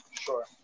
Sure